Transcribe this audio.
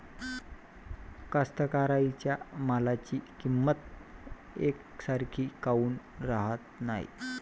कास्तकाराइच्या मालाची किंमत यकसारखी काऊन राहत नाई?